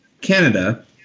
Canada